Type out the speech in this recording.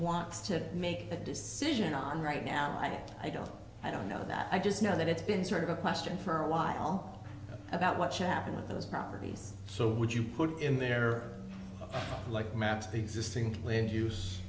wants to make a decision on right now i i don't know i don't know that i just know that it's been sort of a question for a while about what's happening with those properties so would you put in there like maps of the existing land use